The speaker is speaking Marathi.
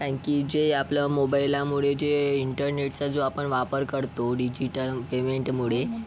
कारण की जे आपलं मोबाइलमुळे जे इंटरनेटचा जो आपण वापर करतो डिजिटल पेमेंटमुळे